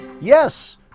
Yes